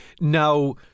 Now